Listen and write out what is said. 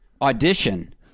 Audition